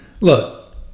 look